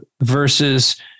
versus